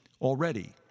already